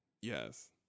yes